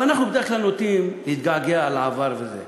אנחנו בדרך כלל נוטים להתגעגע לעבר וזה,